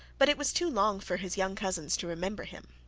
but it was too long for his young cousins to remember him.